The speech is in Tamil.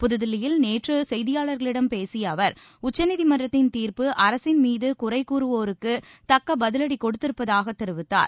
புதுதில்லியில் நேற்று செய்தியாளர்களிடம் பேசிய அவர் உச்சநீதிமன்றத்தின் தீர்ப்பு அரசின் மீது குறை கூறுவோருக்கு தக்க பதிலடி கொடுத்திருப்பதாக தெரிவித்தார்